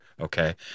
okay